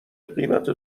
قیمت